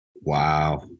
Wow